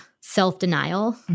self-denial